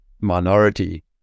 minority